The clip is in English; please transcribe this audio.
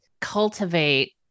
cultivate